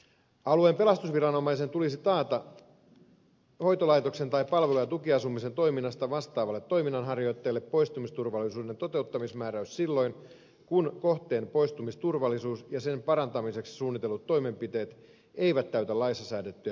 alueen pelastusviranomaisen tulisi antaa hoitolaitoksen tai palvelu ja tukiasumisen toiminnasta vastaavalle toiminnanharjoittajalle poistumisturvallisuuden toteuttamismääräys silloin kun kohteen poistumisturvallisuus ja sen parantamiseksi suunnitellut toimenpiteet eivät täytä laissa säädettyjä poistumisturvallisuusvaatimuksia